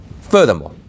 furthermore